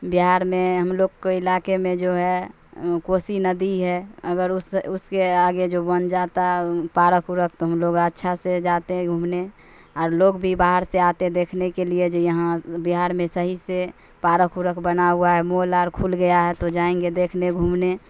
بہار میں ہم لوگ کو علاقے میں جو ہے کوسی ندی ہے اگر اس اس کے آگے جو بن جاتا ہے پارک اورک تو ہم لوگ اچھا سے جاتے ہیں گھومنے اور لوگ بھی باہر سے آتے دیکھنے کے لیے جو یہاں بہار میں صحیح سے پارک ارک بنا ہوا ہے مال آر کھل گیا ہے تو جائیں گے دیکھنے گھومنے